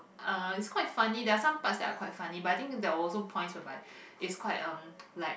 uh it's quite funny there are some parts that are quite funny but I think there were also points whereby like it's quite um like